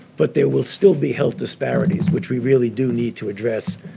but there will still be health disparities, which we really do need to address,